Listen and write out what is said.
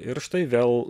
ir štai vėl